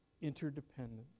interdependence